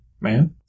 man